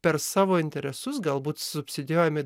per savo interesus galbūt subsidijuojami